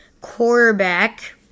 quarterback